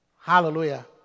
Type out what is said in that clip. Hallelujah